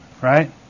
right